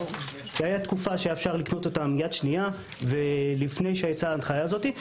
הייתה תקופה שהיה אפשר לקנות אותם יד שנייה לפני שיצאה ההנחיה הזאת.